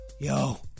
yo